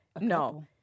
no